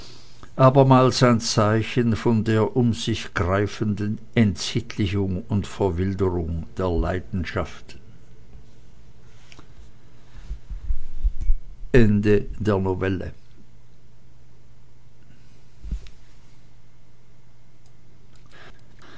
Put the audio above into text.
abermals ein zeichen von der um sich greifenden entsittlichung und verwilderung der leidenschaften